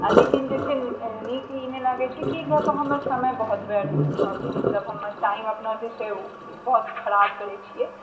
लेकिन जे छै निक ई नहि लागैत छै कि एकरा पर हमर समय बहुत व्यर्थ मतलब हमर टाइम अपना जे छै ओ बहुत खराब करै छिऐ